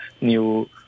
new